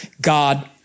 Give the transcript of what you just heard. God